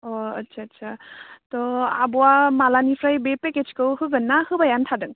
अ आस्सा आस्सा थ' आब'आ मालानिफ्राय बे पेकेजखौ होगोन ना होबायानो थादों